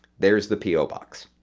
there's the p o. box.